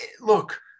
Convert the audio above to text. Look